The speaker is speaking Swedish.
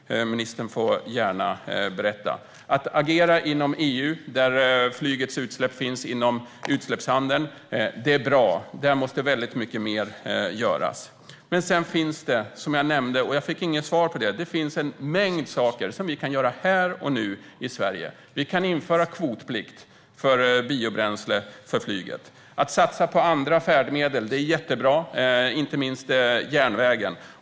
Ministern får gärna berätta. Att agera inom EU, där flygets utsläpp finns inom utsläppshandeln, är bra. Där måste mycket mer göras. Sedan finns det en mängd saker som vi kan göra här och nu i Sverige. Jag nämnde detta, men jag fick inget svar. Vi kan införa kvotplikt för biobränsle för flyget. Det är jättebra att satsa på andra färdmedel, inte minst järnvägen.